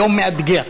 יום מאתגר.